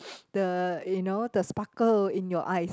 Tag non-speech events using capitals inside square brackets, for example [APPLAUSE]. [NOISE] the you know the sparkle in your eyes